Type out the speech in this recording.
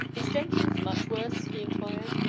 is jenkins much worse? he inquired.